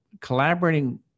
collaborating